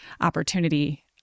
opportunity